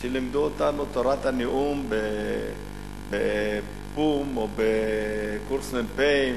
כשלימדו אותנו תורת הנאום בפו"ם או בקורס מ"פים,